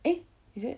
eh is it